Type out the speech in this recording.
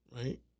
right